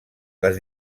les